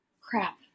Crap